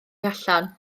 allan